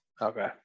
Okay